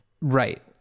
right